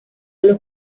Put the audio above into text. los